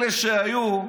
אלה שהיו,